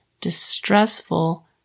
distressful